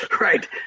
right